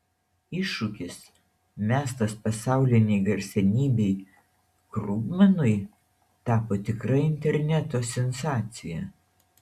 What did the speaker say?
iššūkis mestas pasaulinei garsenybei krugmanui tapo tikra interneto sensacija